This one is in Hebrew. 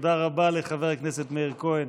תודה רבה לחבר הכנסת מאיר כהן.